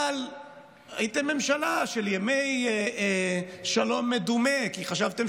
הייתם ממשלה של ימי שלום מדומה כי חשבתם